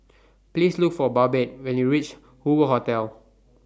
Please Look For Babette when YOU REACH Hoover Hotel